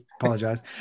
apologize